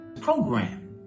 program